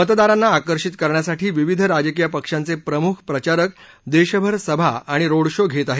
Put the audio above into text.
मतदारांना आकर्षित करण्यासाठी विविध राजकीय पक्षांचे प्रमुख प्रचारक देशभर सभा आणि रोड शो घेत आहेत